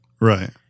Right